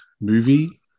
movie